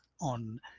on